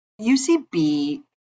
UCB